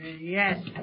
Yes